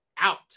out